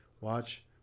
watch